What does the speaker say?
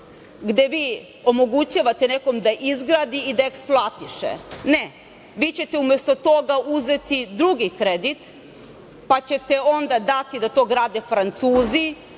gde vi omogućavate nekom da izgradi i da eksploatiše, ne vi ćete umesto toga uzeti drugi kredit pa ćete onda dati da to grade Francuzi,